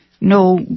no